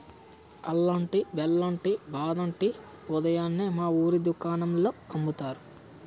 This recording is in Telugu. అల్లం టీ, బెల్లం టీ, బాదం టీ లు ఉదయాన్నే మా వూరు దుకాణాల్లో అమ్ముతారు